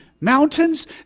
mountains